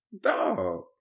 dog